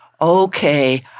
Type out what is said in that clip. okay